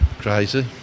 crazy